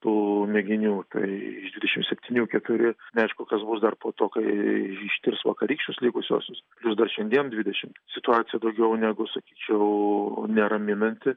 tų mėginių tai iš dvidešimt septynių keturi neaišku kas bus dar po to kai ištirs vakarykščius likusiuosius plius dar šiandien dvidešimt situacija daugiau negu sakyčiau neraminanti